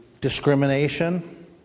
Discrimination